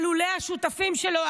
שלולא השותפים שלו,